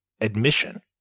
admission